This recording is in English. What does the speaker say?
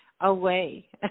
away